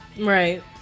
Right